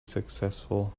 successful